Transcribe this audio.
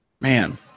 man